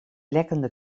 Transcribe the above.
lekkende